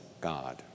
God